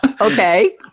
Okay